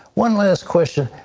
one last question.